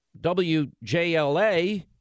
WJLA